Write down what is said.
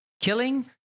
Killing